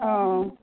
অঁ